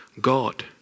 God